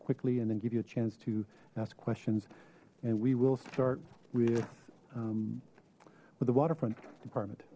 quickly and then give you a chance to ask questions and we will start with with the waterfront department